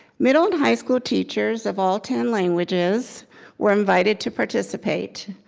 middle and high school teachers of all ten languages were invited to participate.